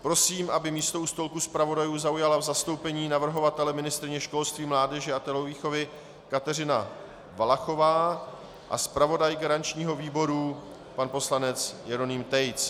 Prosím, aby místo u stolku zpravodajů zaujala v zastoupení navrhovatele ministryně školství mládeže a tělovýchovy Kateřina Valachová a zpravodaj garančního výboru pan poslanec Jeroným Tejc.